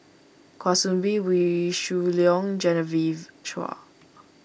Kwa Soon Bee Wee Shoo Leong Genevieve Chua